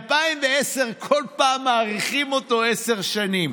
מ-2010, ובכל פעם מאריכים אותו, עשר שנים.